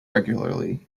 regularly